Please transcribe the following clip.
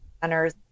centers